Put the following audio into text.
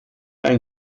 ein